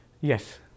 Yes